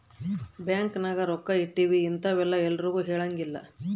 bank ನಾಗ ಎಷ್ಟ ರೊಕ್ಕ ಇಟ್ತೀವಿ ಇಂತವೆಲ್ಲ ಯಾರ್ಗು ಹೆಲಂಗಿಲ್ಲ